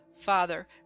Father